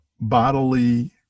bodily